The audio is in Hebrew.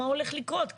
מה הולך לקרות.